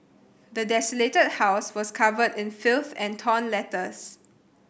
the desolated house was covered in filth and torn letters